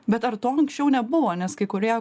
bet ar to anksčiau nebuvo nes kai kurie